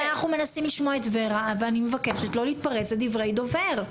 אבל אנחנו מנסים לשמוע את ור"ה ואני מבקשת לא להתפרץ לדברי דובר.